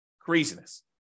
Craziness